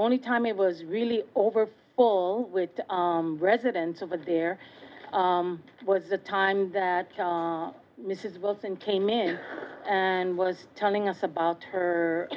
only time it was really over full with the residents over there was the time that mrs wilson came in and was telling us about her